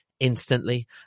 instantly